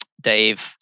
Dave